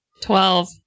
Twelve